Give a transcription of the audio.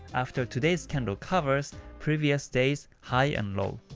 after today's candle covers previous day's high and low.